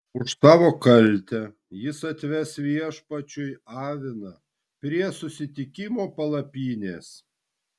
už savo kaltę jis atves viešpačiui aviną prie susitikimo palapinės